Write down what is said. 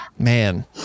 Man